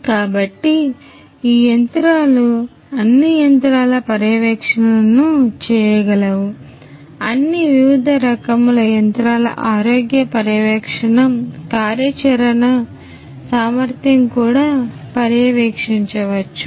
కాబట్టి ఈ యంత్రాలు అన్ని యంత్రాల పర్యవేక్షణను చేయగలవు అన్ని వివిధ రకముల యంత్రాల ఆరోగ్య పర్యవేక్షణ కార్యాచరణ సామర్థ్యం కూడా పర్యవేక్షించవచ్చు